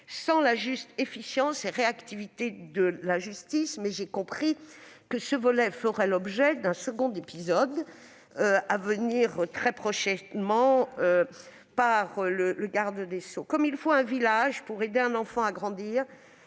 sans la juste efficience et réactivité de la justice. J'ai bien compris que ce volet fera l'objet d'un second épisode, qui interviendra très prochainement avec le garde des sceaux. Comme il faut un village pour aider un enfant à grandir,